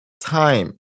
time